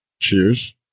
Cheers